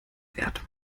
wert